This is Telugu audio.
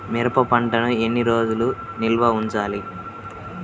మిరప పంటను ఎన్ని రోజులు నిల్వ ఉంచాలి?